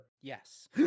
Yes